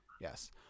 yes